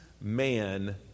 man